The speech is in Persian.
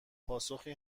پاسخی